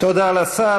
תודה לשר.